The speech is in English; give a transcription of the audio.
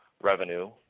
revenue